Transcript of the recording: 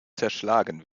zerschlagen